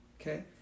okay